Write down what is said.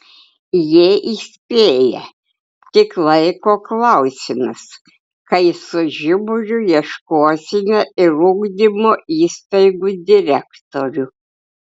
jie įspėja tik laiko klausimas kai su žiburiu ieškosime ir ugdymo įstaigų direktorių